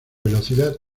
velocidad